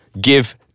Give